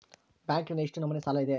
ಬ್ಯಾಂಕಿನಲ್ಲಿ ಎಷ್ಟು ನಮೂನೆ ಸಾಲ ಇದೆ?